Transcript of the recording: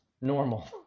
normal